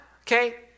okay